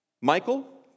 Michael